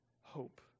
hope